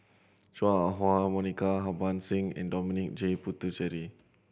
Chua Ah Huwa Monica Harbans Singh and Dominic J Puthucheary